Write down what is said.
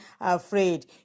afraid